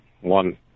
one